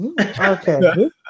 Okay